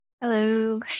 Hello